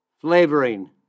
flavoring